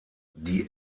die